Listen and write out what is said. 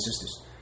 sisters